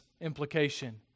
implication